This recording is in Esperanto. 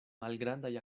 malgrandaj